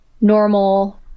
normal